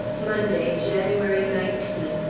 monday, january nineteenth.